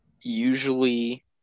usually